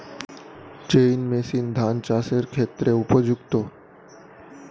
Chain machine ধান চাষের ক্ষেত্রে উপযুক্ত?